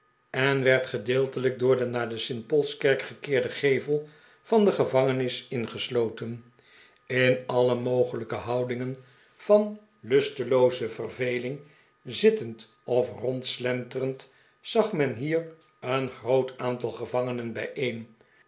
en werd gedeeltelijk door den naar de st paulskerk gekeerden gevel van de gevangenis ingesloten in alle mogelijke houdingen van lustelooze verveling zittend of rondslenterend zag men hier een groot aantal gevangenen bijeen